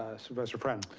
ah supervisor friend.